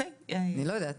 אני לא יודעת.